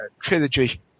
trilogy